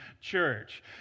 church